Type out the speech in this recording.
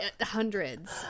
hundreds